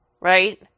right